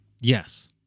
Yes